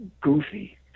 goofy